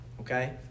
Okay